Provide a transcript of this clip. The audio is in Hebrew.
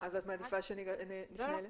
אז את מעדיפה שנפנה אליה?